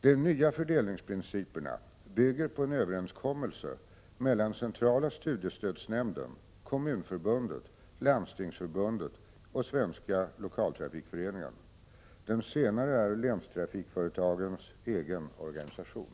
De nya fördelningsprinciperna bygger på en överenskommelse mellan centrala studiestödsnämnden, Kommunförbundet, Landstingsförbundet och Svenska lokaltrafikföreningen. Den senare är länstrafikföretagens egen organisation.